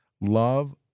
love